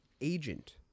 agent